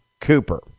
cooper